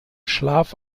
schlaf